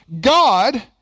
God